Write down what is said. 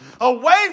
away